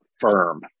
firm